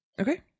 okay